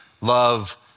love